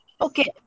Okay